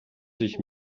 sich